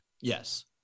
Yes